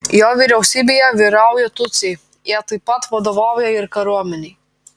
jo vyriausybėje vyrauja tutsiai jie taip pat vadovauja ir kariuomenei